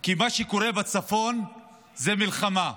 כי מה שקורה בצפון זה מלחמה,